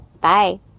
Bye